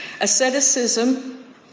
asceticism